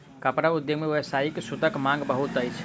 कपड़ा उद्योग मे व्यावसायिक सूतक मांग बहुत अछि